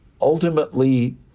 ultimately